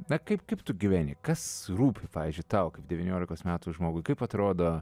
na kaip kaip tu gyveni kas rūpi pavyzdžiui tau kaip devyniolikos metų žmogui kaip atrodo